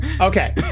okay